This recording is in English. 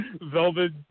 Velvet